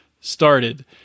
started